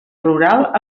rural